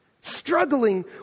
struggling